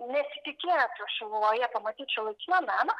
nesitikėtų šiluvoje pamatyt šiuolaikinio meno